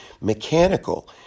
mechanical